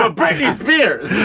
ah brittney spears!